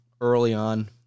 early-on